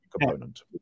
component